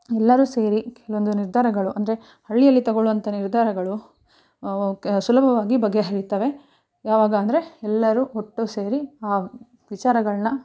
ಎಲ್ಲರೂ ಸೇರಿ ಈ ಒಂದು ನಿರ್ಧಾರಗಳು ಅಂದರೆ ಹಳ್ಳಿಯಲ್ಲಿ ತಗೊಳುವಂಥ ನಿರ್ಧಾರಗಳು ಕ ಸುಲಭವಾಗಿ ಬಗೆಹರಿಯುತ್ತವೆ ಯಾವಾಗ ಅಂದರೆ ಎಲ್ಲರೂ ಒಟ್ಟು ಸೇರಿ ಆ ವಿಚಾರಗಳನ್ನು